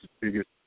biggest